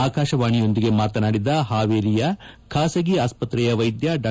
ಆಕಾಶವಾಣಿಯೊಂದಿಗೆ ಮಾತನಾಡಿದ ಹಾವೇರಿಯ ಖಾಸಗಿ ಆಸ್ವತ್ರೆಯ ವೈದ್ಯ ಡಾ